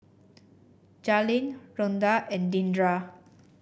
Jaylyn Rhonda and Deandra